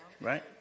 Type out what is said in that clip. Right